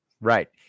Right